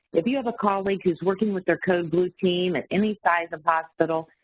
if you have a colleague who's working with their code blue team at any size of hospital,